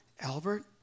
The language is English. Albert